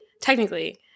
technically